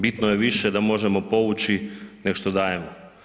Bitno je više da možemo povući nego što dajemo.